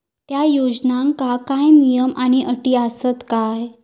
त्या योजनांका काय नियम आणि अटी आसत काय?